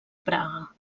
praga